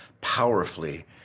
powerfully